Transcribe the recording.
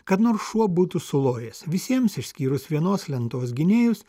kad nors šuo būtų sulojęs visiems išskyrus vienos lentos gynėjus